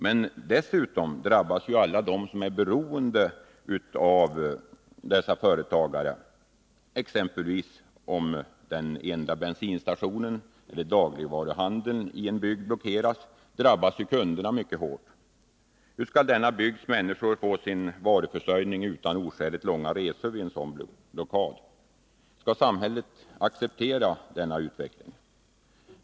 Men dessutom drabbas ju alla de som är beroende av dessa företagare. Om exempelvis den enda bensinstationen eller dagligvaruhandeln i en bygd blockeras, drabbas kunderna mycket hårt. Hur skall denna bygds människor vid en sådan blockad kunna ordna sin varuförsörjning utan oskäligt långa resor? Skall samhället acceptera denna utveckling?